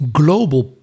global